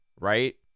right